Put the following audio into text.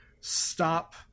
stop